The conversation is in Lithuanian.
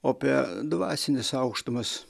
o apie dvasines aukštumas